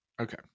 Okay